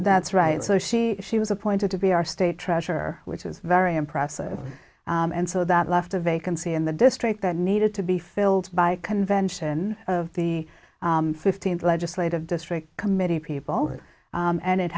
that's right so she she was appointed to be our state treasurer which is very impressive and so that left a vacancy in the district that needed to be filled by a convention of the fifteenth legislative district committee people and it